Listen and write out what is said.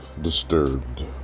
disturbed